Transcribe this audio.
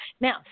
Now